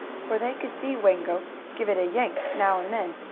for they could see wango give it a yank now and then,